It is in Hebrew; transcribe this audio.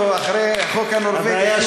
עד שרואים אותו, אחרי החוק הנורבגי, שהוא בא.